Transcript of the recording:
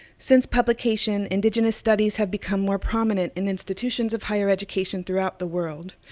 since publication, indigenous studies have become more prominent in institutions of higher education throughout the world.